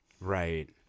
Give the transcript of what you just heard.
right